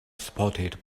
supported